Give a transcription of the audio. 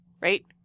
right